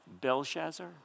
Belshazzar